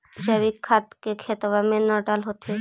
जैवीक खाद के खेतबा मे न डाल होथिं?